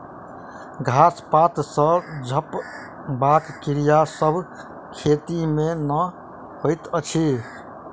घास पात सॅ झपबाक क्रिया सभ खेती मे नै होइत अछि